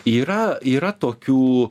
yra yra tokių